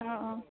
অঁ অঁ